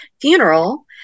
funeral